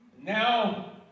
now